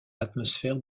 l’atmosphère